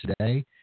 today